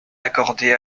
accordé